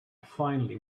finally